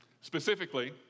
Specifically